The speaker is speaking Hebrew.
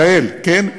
יעל, כן?